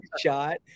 shot